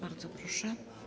Bardzo proszę.